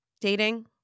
dating